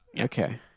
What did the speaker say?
Okay